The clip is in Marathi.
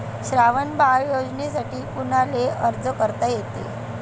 श्रावण बाळ योजनेसाठी कुनाले अर्ज करता येते?